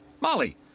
Molly